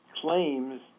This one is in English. claims